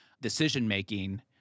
decision-making